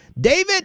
David